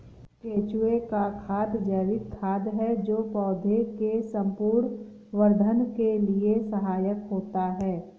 केंचुए का खाद जैविक खाद है जो पौधे के संपूर्ण वर्धन के लिए सहायक होता है